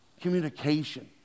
communication